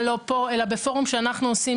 לא פה אלא בפורום שאנחנו עושים,